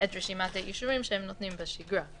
רשימת האישורים שהם נותנים בשגרה.